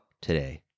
today